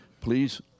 Please